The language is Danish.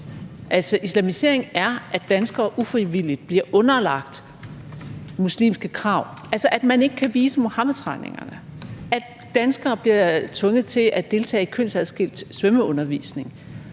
Islamisering er, at danskere ufrivilligt bliver underlagt muslimske krav, altså at man ikke kan vise Muhammedtegningerne, at danskere bliver tvunget til at deltage i kønsadskilt svømmeundervisning,